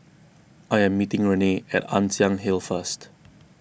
I am meeting Renee at Ann Siang Hill first